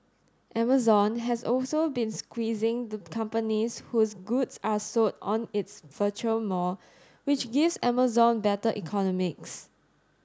Amazon has also been squeezing the companies whose goods are sold on its virtual mall which gives Amazon better economics